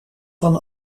van